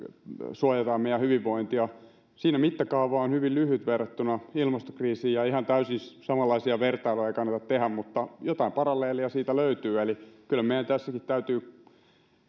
suojaamme meidän hyvinvointia siinä mittakaava on hyvin lyhyt verrattuna ilmastokriisiin ja ihan täysin samanlaisia vertailuja ei kannata tehdä mutta jotain paralleeleja siitä löytyy eli kyllä meidän tässäkin täytyy